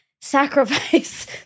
sacrifice